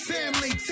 Family